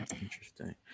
interesting